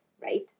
right